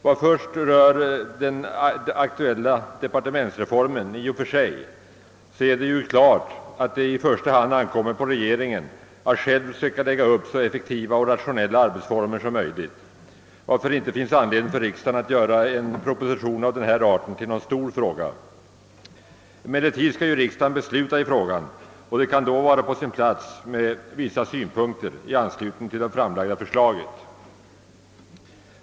Vad först rör den aktuella departementsreformen i och för sig är det klart, att det i första hand ankommer på regeringen att själv söka lägga upp så effektiva och rationella arbetsformer som möjligt, varför det inte finns anledning för riksdagen att göra en proposition av den här arten till någon stor fråga. Emellertid skall ju riksdagen besluta i frågan och det kan då vara på sin plats med vissa synpunkter i anslutning till det framlagda förslaget.